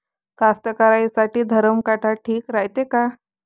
कास्तकाराइसाठी धरम काटा ठीक रायते का?